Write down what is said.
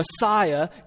Messiah